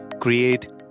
create